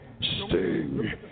Sting